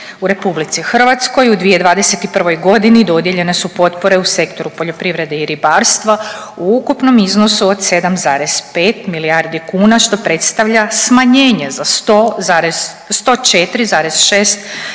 U RH u 2021.g. dodijeljene su potpore u sektoru poljoprivrede i ribarstva u ukupnom iznosu od 7,5 milijardi kuna što predstavlja smanjenje za 104,6 milijuna